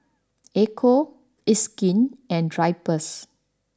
Ecco It's Skin and Drypers